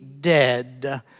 dead